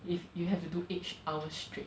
if you have to do each hour straight